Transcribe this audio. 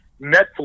Netflix